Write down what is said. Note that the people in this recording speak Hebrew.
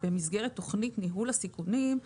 במסגרת תוכנית ניהול הסיכונים.